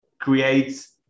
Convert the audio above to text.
creates